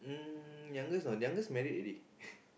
uh youngest ah youngest married already